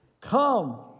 Come